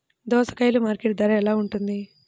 దోసకాయలు మార్కెట్ ధర ఎలా ఉంటుంది?